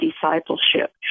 discipleship